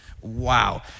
wow